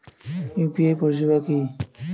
UPI পরিসেবা কি?